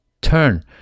turn